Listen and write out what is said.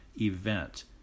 event